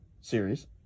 series